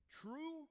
true